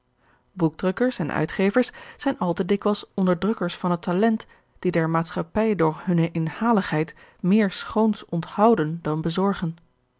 boekdrukkers en uitgevers zijn al te dikwijls onderdrukkers van het talent die der maatschappij door hunne inhaligheid meer schoons onthouden dan bezorgen